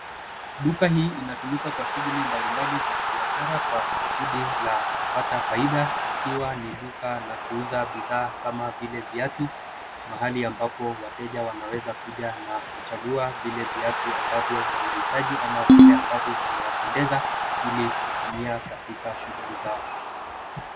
Duka hii inatumika kwa shughuli mbalimbali za kibiashara kwa kusudi la kupata faida ikiwa ni duka la kuuza bidhaa kama vile viatu mahali ambapo wateja wanaweza kuja na kuchagua vile viatu ambavyo wanahitaji ama vile ambavyo vimewapendeza ili kutumia katika shughuli zao.